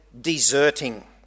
deserting